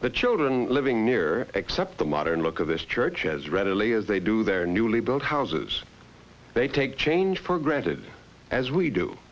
the children living near accept the modern look of this church as readily as they do their newly built houses they take change for granted as we do